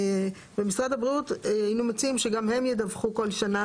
במשרד הבריאות היינו מציעים שגם הם ידווחו כל שנה,